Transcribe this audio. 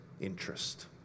interest